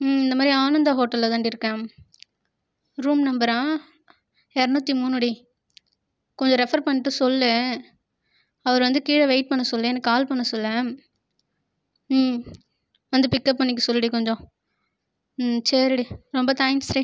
இந்தமாதிரி ஆனந்தா ஹோட்டலில்தான்டி இருக்கேன் ரூம் நம்பரா இரநூத்தி மூணுடி கொஞ்சம் ரெஃபர் பண்ணிட்டு சொல்லு அவர் வந்து கீழே வெய்ட் பண்ண சொல்லு எனக்கு கால் பண்ண சொல்லேன் ம் வந்து பிக்கப் பண்ணிக்க சொல்லுடி கொஞ்சம் சரிடி ரொம்ப தேங்க்ஸ்டி